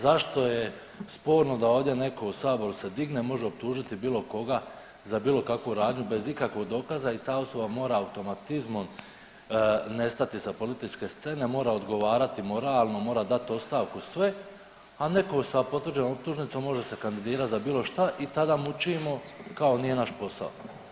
Zašto je sporno da ovdje neko u saboru se digne može optužiti bilo koga za bilo kakvu radnju bez ikakvog dokaza i ta osoba mora automatizmom nestati sa političke scene, mora odgovarati moralno, mora dati ostavku sve, a neko sa potvrđenom optužnicom može se kandidirat za bilo šta i tada mučimo kao nije naš posao?